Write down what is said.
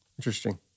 Interesting